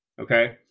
Okay